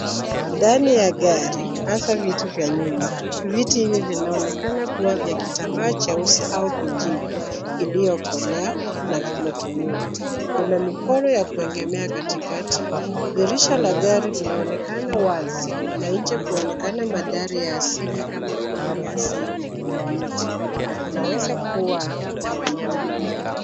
Ndani gari, hasa viti vya nyuma. Viti hivi vinaonekana kuwa vya kitambaa cheusi au kijivu iliyokolea na vimetumiwa. Kuna mikoro ya kuegemea katikati. Dirisha la gari linaonekana wazi , na nje kwaonekana mandhari ya asili kama vile nyasi na miti na kunaweza kuwa na wanyama pia.